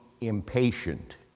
impatient